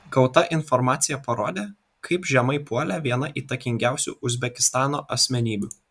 gauta informacija parodė kaip žemai puolė viena įtakingiausių uzbekistano asmenybių